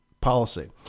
policy